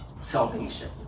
salvation